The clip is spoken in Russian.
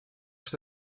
что